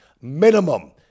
minimum